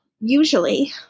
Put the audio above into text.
usually